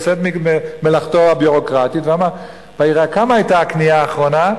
עשה את מלאכתו הביורוקרטית ואמר: כמה היתה הקנייה האחרונה?